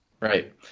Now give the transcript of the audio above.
Right